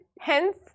Hence